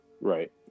Right